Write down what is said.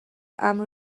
امن